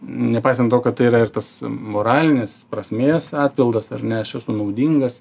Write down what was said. nepaisant to kad tai yra ir tas moralinės prasmės atpildas ar ne aš esu naudingas